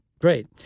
Great